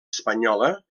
espanyola